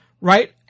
right